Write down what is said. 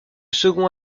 second